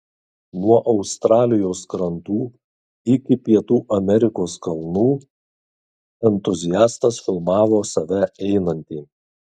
nuo australijos krantų iki pietų amerikos kalnų entuziastas filmavo save einantį